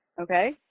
okay